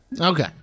Okay